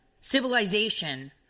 civilization